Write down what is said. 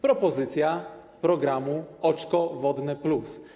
Propozycja programu oczko wodne+.